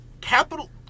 Capital